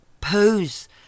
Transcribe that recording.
pose